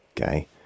okay